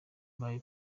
mbaye